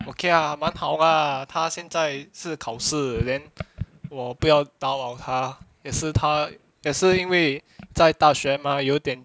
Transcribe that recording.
okay ah 蛮好 lah 他现在是考试 then 我不要打扰他也是他也是因为在大学 mah 有点